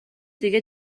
دیگه